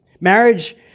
Marriage